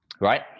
Right